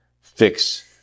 fix